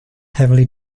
heavily